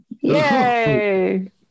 Yay